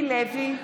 אנחנו באמצע הצבעה.